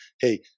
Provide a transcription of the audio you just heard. hey